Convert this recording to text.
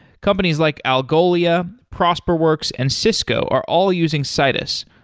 companies like algolia, prosperworks and cisco are all using citus,